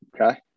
Okay